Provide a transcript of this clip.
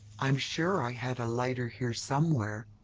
i'm sure i had a lighter here somewhere.